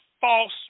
false